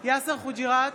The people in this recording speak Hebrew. יאסר חוג'יראת,